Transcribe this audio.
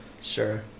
Sure